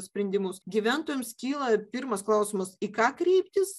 sprendimus gyventojams kyla pirmas klausimas į ką kreiptis